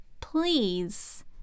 please